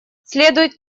следует